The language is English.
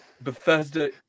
Bethesda